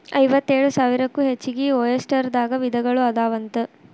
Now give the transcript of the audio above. ಐವತ್ತೇಳು ಸಾವಿರಕ್ಕೂ ಹೆಚಗಿ ಒಯಸ್ಟರ್ ದಾಗ ವಿಧಗಳು ಅದಾವಂತ